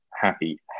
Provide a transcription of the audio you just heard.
happy